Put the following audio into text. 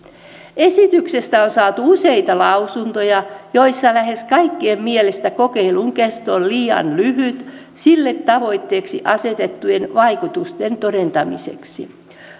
esityksestä on saatu useita lausuntoja joissa lähes kaikkien mielestä kokeilun kesto on liian lyhyt sille tavoitteeksi asetettujen vaikutusten todentamiseksi